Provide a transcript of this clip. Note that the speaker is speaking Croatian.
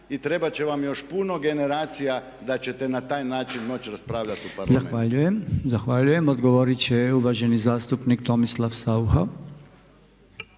i trebat će vam još puno generacija da ćete na taj način moći raspravljati u Parlamentu. **Podolnjak, Robert (MOST)** Zahvaljujem. Odgovorit će uvaženi zastupnik Tomislav Saucha.